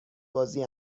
بازی